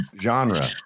genre